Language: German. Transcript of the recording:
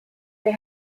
der